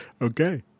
Okay